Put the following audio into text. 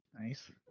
Nice